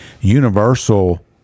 universal